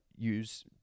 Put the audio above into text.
use